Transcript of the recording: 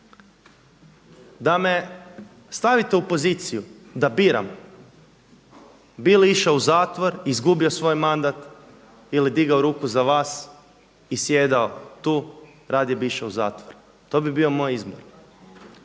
da me stavite u poziciju da biram bili išao u zatvor, izgubio svoj mandat ili digao ruku za vas i sjedao tu radije bi išao u zatvor. To bi bio moj izbor.